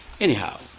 Anyhow